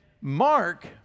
Mark